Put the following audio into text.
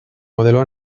modelo